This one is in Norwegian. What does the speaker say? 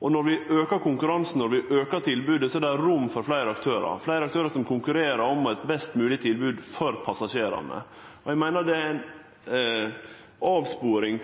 Når vi aukar konkurransen, og når vi aukar tilbodet, er det rom for fleire aktørar, fleire aktørar som konkurrerer om eit best mogleg tilbod for passasjerane. Eg meiner det er ei avsporing